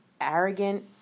arrogant